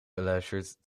beluisterd